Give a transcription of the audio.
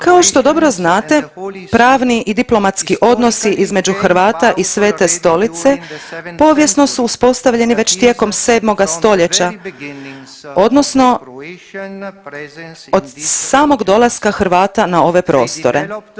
Kao što dobro znate pravni i diplomatski odnosi između Hrvata i Svete Stolice povijesno su uspostavljeni već tijekom 7. stoljeća odnosno od samog dolaska Hrvata na ove prostore.